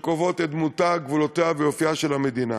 שקובעות את דמותה, גבולותיה ואופייה של המדינה.